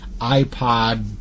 iPod